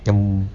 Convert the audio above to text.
yang